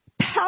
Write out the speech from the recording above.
power